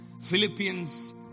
Philippians